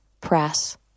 press